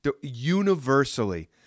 Universally